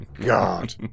God